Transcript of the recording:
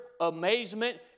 amazement